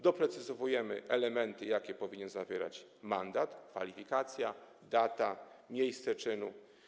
Doprecyzowujemy elementy, jakie powinien zawierać mandat: kwalifikacja, data, miejsce czynu.